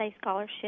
scholarship